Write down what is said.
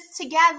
together